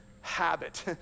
habit